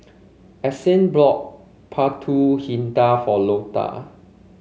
Essex bought pulut hitam for Loda